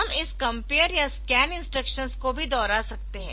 हम इस कंपेयर या स्कैन इंस्ट्रक्शंस को भी दोहरा सकते है